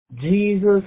Jesus